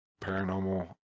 paranormal